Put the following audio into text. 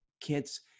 kids